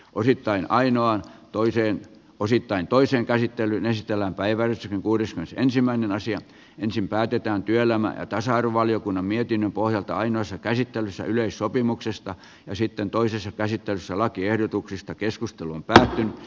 osittain ainoa toiseen osittain toisen käsittelyn estellä päivän kuudes ja ensimmäinen asia ensin päätetään työelämä ja tasa arvovaliokunnan mietinnön pohjalta ainoassa käsittelyssä yleissopimuksesta ja sitten toisessa käsittelyssä lakiehdotuksistakeskusteluun pärähti